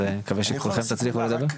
אז אני מקווה שכולכם תצליחו לדבר.